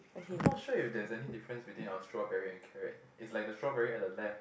I'm not sure if there's any difference between our strawberry and carrot it's like the strawberry at the left